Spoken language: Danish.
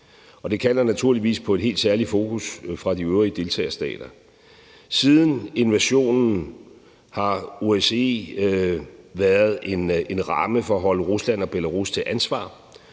det kalder naturligvis på et helt særligt fokus fra de øvrige deltagerstater. Siden invasionen har OSCE været en ramme for at stille Rusland og Belarus til ansvar